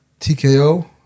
TKO